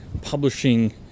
publishing